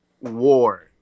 War